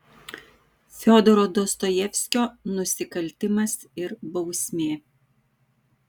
fiodoro dostojevskio nusikaltimas ir bausmė